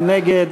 מי נגד?